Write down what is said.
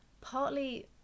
partly